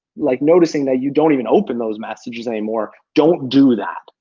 like, noticing that you don't even open those messages anymore, don't do that.